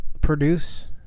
produce